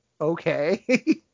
okay